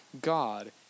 God